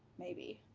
maybe.